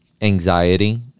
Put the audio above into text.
anxiety